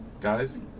guys